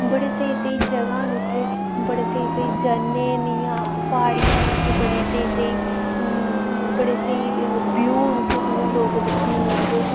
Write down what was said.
बड़े स्हेई स्हेई जगह् न उत्थै बडे स्हेई स्हेई झरने प्हाड़ियां न उत्थै बड़ी स्हेई स्हेई बड़े स्हेई व्यू न उत्थै जि'यां लोग दिक्खने गी औंदे